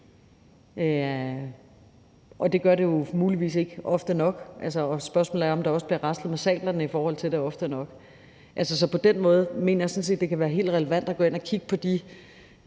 Og det gør det muligvis ikke ofte nok, og spørgsmålet er, om der også bliver raslet med sablerne, i forhold til om det også er ofte nok. Så på den måde mener jeg sådan set det kan være helt relevant at gå ind at kigge på de